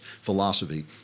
philosophy